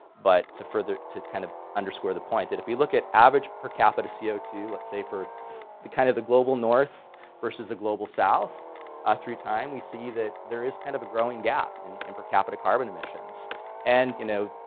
but to further, to kind of underscore the point that if we look at average per capita c o two let's say for the kind of the global north versus the global south ah through time, we see that there is kind of a growing gap in and per capita carbon emissions and, you know,